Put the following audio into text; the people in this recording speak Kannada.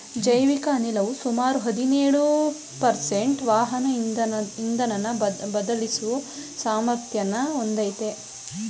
ಜೈವಿಕ ಅನಿಲವು ಸುಮಾರು ಹದಿನೇಳು ಪರ್ಸೆಂಟು ವಾಹನ ಇಂಧನನ ಬದಲಿಸೋ ಸಾಮರ್ಥ್ಯನ ಹೊಂದಯ್ತೆ